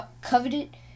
coveted